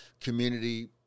community